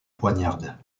poignarde